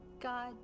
God